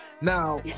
Now